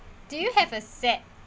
do you have a set